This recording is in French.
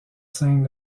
scène